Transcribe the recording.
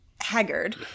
haggard